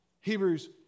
Hebrews